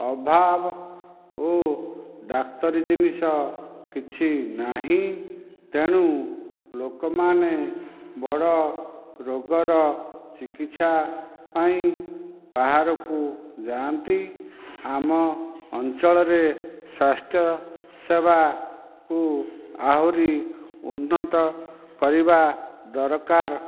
ଅଭାବ ଓ ଡାକ୍ତରୀ ଜିନିଷ କିଛି ନାହିଁ ତେଣୁ ଲୋକମାନେ ବଡ଼ ରୋଗର ଚିକିତ୍ସା ପାଇଁ ବାହାରକୁ ଯାଆନ୍ତି ଆମ ଅଞ୍ଚଳରେ ସ୍ବାସ୍ଥ୍ୟ ସେବାକୁ ଆହୁରି ଉନ୍ନତ କରିବା ଦରକାର